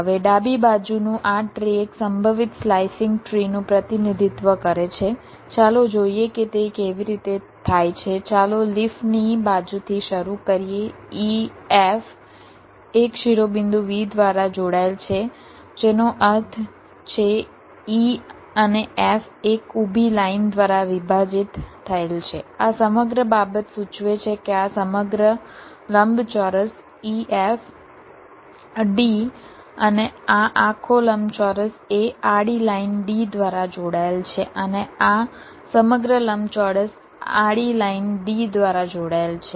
હવે ડાબી બાજુનું આ ટ્રી એક સંભવિત સ્લાઇસિંગ ટ્રી નું પ્રતિનિધિત્વ કરે છે ચાલો જોઈએ કે તે કેવી રીતે થાય છે ચાલો લીફની બાજુથી શરૂ કરીએ e f એક શિરોબિંદુ V દ્વારા જોડાયેલ છે જેનો અર્થ છે e અને f એક ઊભી લાઇન દ્વારા વિભાજિત થયેલ છે આ સમગ્ર બાબત સૂચવે છે કે આ સમગ્ર લંબચોરસ e f d અને આ આખો લંબચોરસ એ આડી લાઇન d દ્વારા જોડાયેલ છે અને આ સમગ્ર લંબચોરસ આડી લાઇન d દ્વારા જોડાયેલ છે